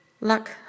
Luck